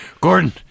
Gordon